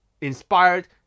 inspired